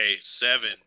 Seven